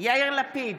יאיר לפיד,